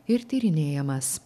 ir tyrinėjamas